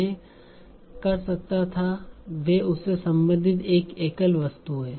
मैं कर सकता था वे उससे संबंधित एक एकल वस्तु है